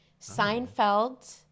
Seinfeld